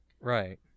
Right